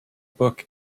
book